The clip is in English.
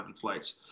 flights